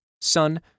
Son